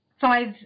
five